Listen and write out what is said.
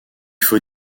faut